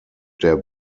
der